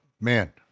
man